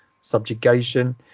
subjugation